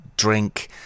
drink